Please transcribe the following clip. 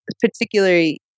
particularly